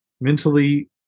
mentally